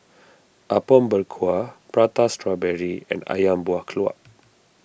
Apom Berkuah Prata Strawberry and Ayam Buah Keluak